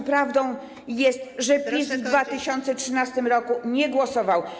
Czy prawdą jest, że PiS w 2013 r. nie głosował?